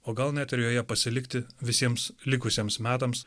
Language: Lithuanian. o gal net ir joje pasilikti visiems likusiems metams